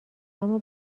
اما